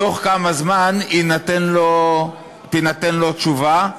תוך כמה זמן תינתן לו תשובה,